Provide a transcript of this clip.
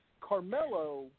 Carmelo